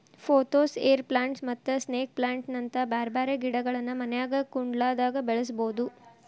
pothos, air plants ಮತ್ತ snake plant ನಂತ ಬ್ಯಾರ್ಬ್ಯಾರೇ ಗಿಡಗಳನ್ನ ಮನ್ಯಾಗ ಕುಂಡ್ಲ್ದಾಗ ಬೆಳಸಬೋದು